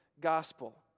gospel